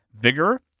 Vigor